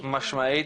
חד משמעית,